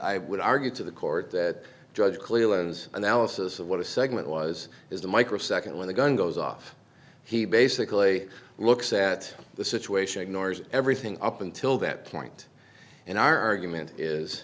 i would argue to the court that judge clear lens analysis of what a segment was is the microsecond when the gun goes off he basically looks at the situation ignores everything up until that point in our argument is